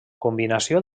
combinació